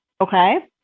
Okay